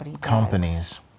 companies